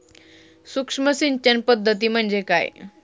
सूक्ष्म सिंचन पद्धती म्हणजे काय?